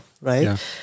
right